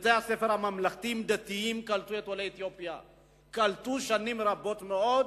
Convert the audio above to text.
שבתי-הספר הממלכתיים-דתיים קלטו את עולי אתיופיה שנים רבות מאוד,